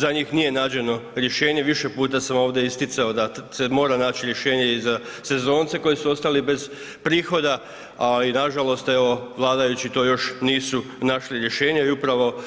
Za njih nije nađeno rješenje, više puta sam ovdje isticao da se mora naći rješenje i za sezonce koji su ostali bez prihoda, a i nažalost evo, vladajući to još nisu našli rješenje i upravo